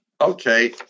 Okay